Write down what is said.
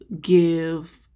give